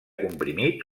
comprimit